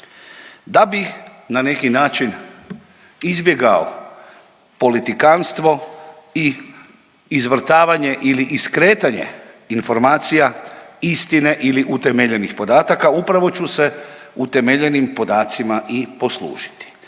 Da bih na neki način izbjegao politikanstvo i izvrtavanje ili iskretanje informacija istine ili utemeljenih podataka, upravo ću se utemeljenim podacima i poslužiti.